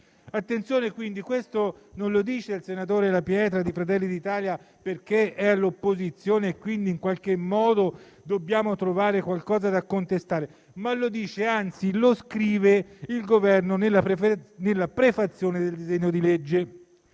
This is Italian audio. Attenzione, quindi: questo non lo dice il senatore La Pietra di Fratelli d'Italia perché è all'opposizione e quindi in qualche modo dobbiamo trovare qualcosa da contestare, ma lo scrive il Governo nella prefazione del disegno di legge.